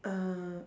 err